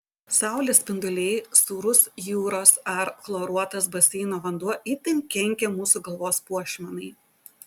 saulės spinduliai sūrus jūros ar chloruotas baseino vanduo itin kenkia mūsų galvos puošmenai